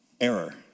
error